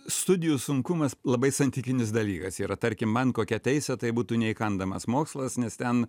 studijų sunkumas labai santykinis dalykas yra tarkim man kokią teisę tai būtų neįkandamas mokslas nes ten